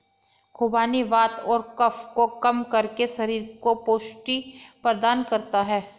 खुबानी वात और कफ को कम करके शरीर को पुष्टि प्रदान करता है